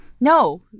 no